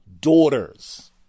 daughters